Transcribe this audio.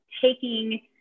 taking